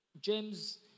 James